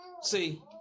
See